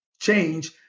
change